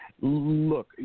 Look